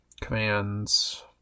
commands